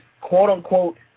quote-unquote